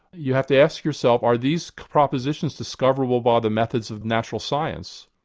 you have to ask yourself are these propositions discoverable by the methods of natural science?